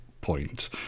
point